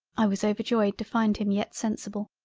i was overjoyed to find him yet sensible.